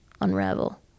unravel